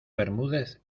bermúdez